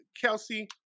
Kelsey